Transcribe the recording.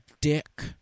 Dick